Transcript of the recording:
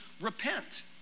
repent